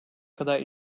kadar